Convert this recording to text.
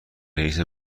رئیس